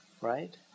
right